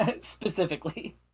Specifically